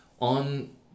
on